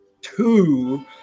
two